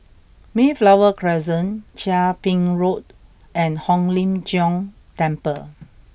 Mayflower Crescent Chia Ping Road and Hong Lim Jiong Temple